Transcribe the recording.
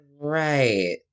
Right